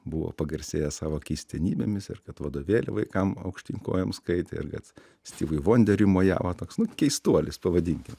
buvo pagarsėjęs savo keistenybėmis ir kad vadovėlį vaikam aukštyn kojom skaitė ir kad stivui vonderiui mojavo toks nu keistuolis pavadinkim